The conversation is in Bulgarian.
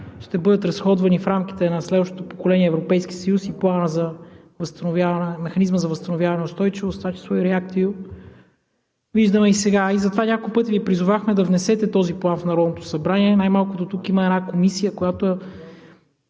ще бъдат разходвани в рамките на следващото поколение Европейски съюз и Механизма за възстановяване и устойчивост, в това число и REACT-EU, виждаме и сега. И затова няколко пъти Ви призовахме да внесете този план в Народното събрание. Най-малкото, тук има една комисия, която